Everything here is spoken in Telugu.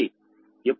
ఎప్పుడైతే i23